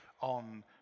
on